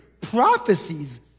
prophecies